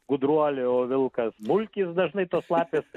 gudruolė o vilkas mulkis dažnai tos lapės